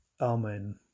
Amen